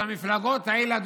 כשהמפלגות האלה,